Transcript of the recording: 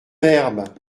verbe